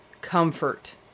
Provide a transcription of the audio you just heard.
comfort